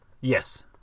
Yes